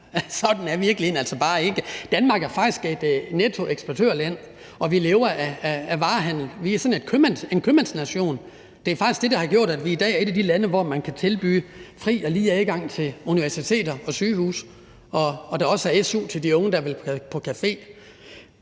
bare ikke. Danmark er faktisk et nettoeksportørland, og vi lever af varehandel. Vi er sådan en købmandsnation. Det er faktisk det, der har gjort, at vi i dag er et af de lande, hvor man kan tilbyde fri og lige adgang til universiteter og sygehuse, og hvor der også er su til de unge, der vil på café.